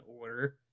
order